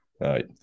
right